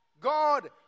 God